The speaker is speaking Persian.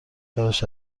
براش